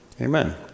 amen